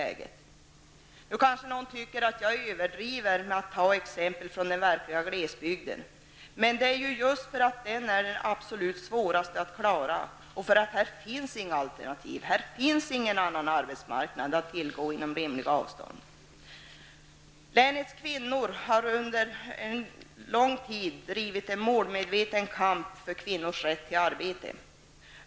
Någon kanske tycker att jag överdriver genom att ta exempel från den verkliga glesbygden, men det är just för att den är absolut svårast att klara och för att det här inte finns alternativ, inte någon annan arbetsmarknad att tillgå inom rimliga avstånd. Länets kvinnor har under lång tid fört en målmedveten kamp för kvinnornas rätt till arbete.